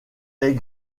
est